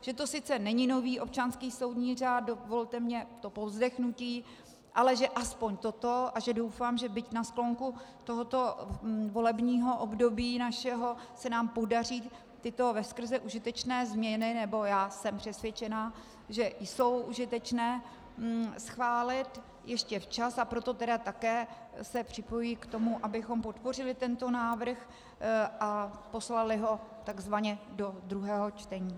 Že to sice není nový občanský soudní řád, dovolte mi to povzdechnutí, ale že aspoň toto a že doufám, že byť na sklonku tohoto našeho volebního období se nám podaří tyto veskrze užitečné změny, nebo já jsem přesvědčena, že jsou užitečné, schválit ještě včas, a proto také se připojuji k tomu, abychom podpořili tento návrh a poslali do tzv. do druhého čtení.